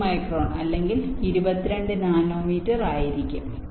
022 micron അല്ലെങ്കിൽ 22 nanometre ആയിരിക്കും